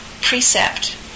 precept